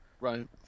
right